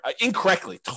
incorrectly